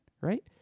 right